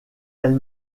elle